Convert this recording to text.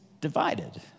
divided